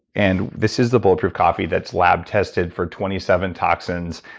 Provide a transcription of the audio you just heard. and this is the bulletproof coffee that's lab tested for twenty seven toxins.